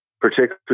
particularly